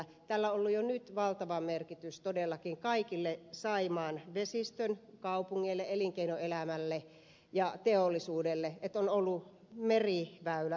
tällä on ollut jo nyt valtava merkitys todellakin kaikille saimaan vesistön kaupungeille elinkeinoelämälle ja teollisuudelle että on ollut meriväylä yhteys merelle